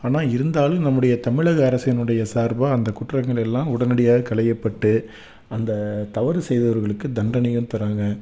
ஆனால் இருந்தாலும் நம்முடைய தமிழக அரசினுடைய சார்வா அந்த குற்றங்கள் எல்லாம் உடனடியாக களையப்பட்டு அந்த தவறு செய்தவர்களுக்கு தண்டனைகள் தர்றாங்க